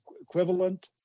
equivalent